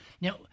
Now